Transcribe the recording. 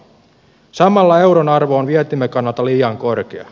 samalla euron arvo on vientimme kannalta liian korkea